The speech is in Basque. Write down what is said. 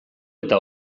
eta